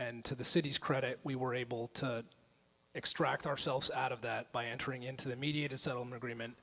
and to the city's credit we were able to extract ourselves out of that by entering into the media to soem agreement